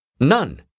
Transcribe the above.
None